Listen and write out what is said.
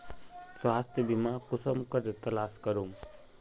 स्वास्थ्य बीमा कुंसम करे तलाश करूम?